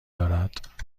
دارد